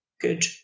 good